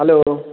hello